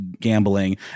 gambling